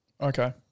Okay